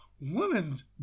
women's